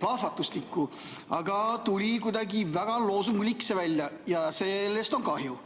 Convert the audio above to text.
plahvatuslikku, aga tuli ikka kuidagi väga loosunglik see kõik välja. Sellest on kahju.